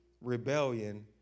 rebellion